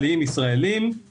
היה שם עוד סעיף לגבי משיכות,